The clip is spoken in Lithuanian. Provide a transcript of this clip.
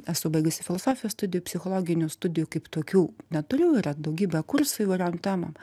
esu baigusi filosofijos studijų psichologinių studijų kaip tokių neturiu yra daugybė kursų įvairiom temom